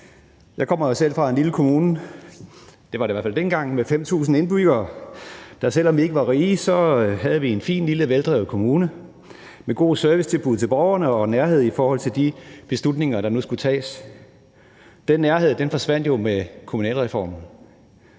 Jeg kommer jo selv fra en lille kommune – det var det i hvert fald dengang – med 5.000 indbyggere. Selv om vi ikke var rige, havde vi en fin lille, veldrevet kommune med gode servicetilbud til borgerne og nærhed i forhold til de beslutninger, der nu skulle tages. Den nærhed forsvandt jo med kommunalreformen.